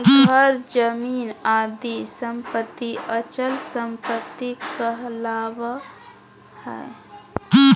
घर, जमीन आदि सम्पत्ति अचल सम्पत्ति कहलावा हइ